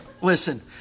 Listen